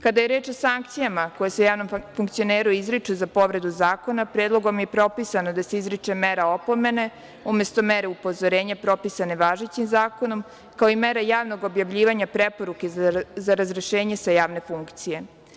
Kada je reč o sankcijama koje se javnom funkcioneru izriču za povredu zakona, Predlogom je propisano da se izriče mera opomene umesto mere upozorenja, propisane važećim zakonom, kao i mera javnog objavljivanja preporuke za razrešenje sa javne funkcije.